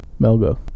Melgo